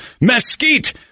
mesquite